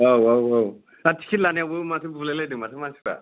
औ औ औ आर टिकेट लानायावबो माथो बुलायलायदों माथो मानसिफ्रा